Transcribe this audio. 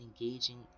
engaging